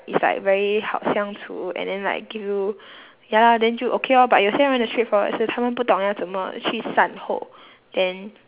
is like very 好相处 and then like give you ya lah then 就 okay lor but 有些人的 straightforward 是他们不懂要怎么去善后 then